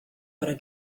para